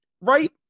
right